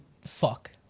fuck